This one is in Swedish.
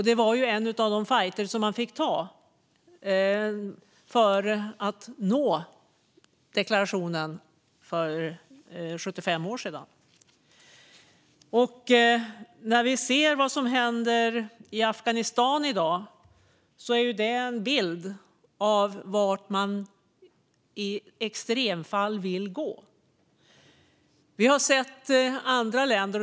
Det var en av de fajter man fick ta för att nå deklarationen för 75 år sedan. När vi ser vad som händer i Afghanistan i dag är det en bild av vart man i extremfall vill gå. Vi har sett det i andra länder.